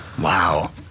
Wow